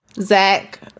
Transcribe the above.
Zach